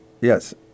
Yes